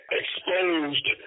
exposed